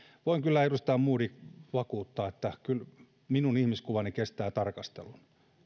voin kyllä edustaja modig vakuuttaa että kyllä minun ihmiskuvani kestää tarkastelun